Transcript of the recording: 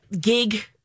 gig